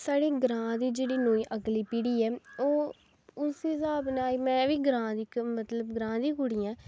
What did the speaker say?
साढ़े ग्रांऽ दी जेह्ड़ी नई अगली पीढ़ी ऐ ओह् उस स्हाब नै में बी ग्रांऽ दी इक मतलब ग्रांऽ दी कुड़ी ऐं